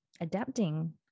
adapting